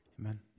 Amen